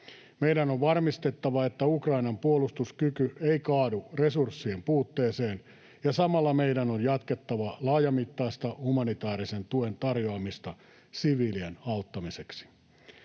Meidän on varmistettava, että Ukrainan puolustuskyky ei kaadu resurssien puutteeseen, ja samalla meidän on jatkettava laajamittaista humanitaarisen tuen tarjoamista siviilien auttamiseksi.